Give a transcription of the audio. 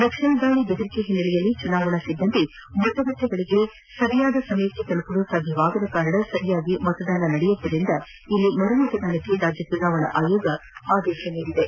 ನಕ್ಸ್ಲ್ ದಾಳಿಯ ಬೆದರಿಕೆ ಹಿನ್ನೆಲೆಯಲ್ಲಿ ಚುನಾವಣೆ ಸಿಬ್ಲಂದಿ ಮತಗಟ್ಟೆಗಳಿಗೆ ನಿಗದಿತ ಸಮಯಕ್ಕೆ ತಲುಪಲು ಸಾಧ್ಯವಾಗದ ಕಾರಣ ಸರಿಯಾಗಿ ಮತದಾನ ನಡೆಯದಿದ್ದರಿಂದ ಇಲ್ಲಿ ಮರು ಮತದಾನಕ್ಕೆ ರಾಜ್ಯ ಚುನಾವಣಾ ಆಯೋಗ ಆದೇಶ ನೀಡಿತು